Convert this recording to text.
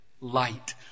light